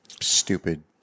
Stupid